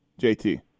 JT